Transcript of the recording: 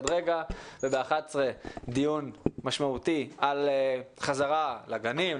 ובשעה 11:00 דיון משמעותי על חזרה לגנים,